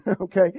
Okay